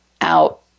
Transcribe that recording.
out